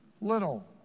little